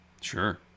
Sure